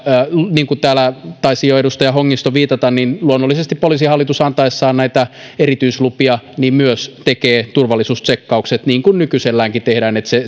niin kuin täällä taisi jo edustaja hongisto viitata luonnollisesti poliisihallitus antaessaan näitä erityislupia myös tekee turvallisuustsekkaukset niin kuin nykyiselläänkin tehdään se